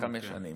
לחמש שנים.